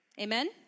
amen